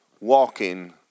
walking